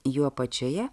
jų apačioje